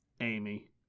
Amy